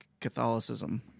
Catholicism